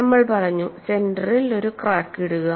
നമ്മൾ പറഞ്ഞു സെന്ററിൽ ഒരു ക്രാക്ക് ഇടുക